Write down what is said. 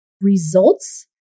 results